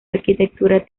arquitectura